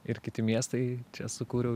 ir kiti miestai sukūriau